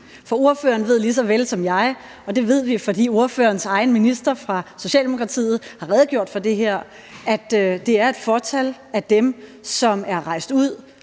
Ordføreren ved lige så vel som jeg – og det ved vi, fordi ordførerens egen minister fra Socialdemokratiet har redegjort for det her – at det er et fåtal af dem, som er rejst ud